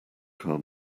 car